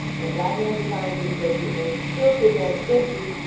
and a black man designed it and built it, and it's still sitting there. it's empty.